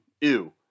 Ew